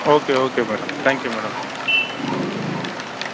okay okay madam thank you madam